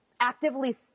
actively